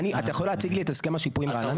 אתה יכול להציג לי את הסכם השיפוי עם רעננה?